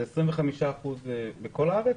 זה 25% בכל הארץ?